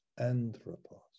anthropos